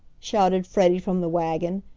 shouted freddie from the wagon.